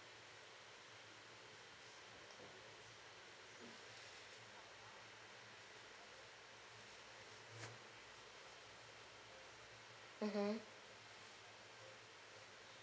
mmhmm